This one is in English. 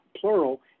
Plural